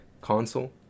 console